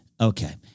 Okay